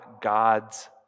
God's